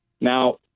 Now